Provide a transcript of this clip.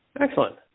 Excellent